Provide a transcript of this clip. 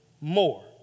more